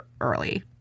early